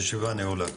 הישיבה נעולה.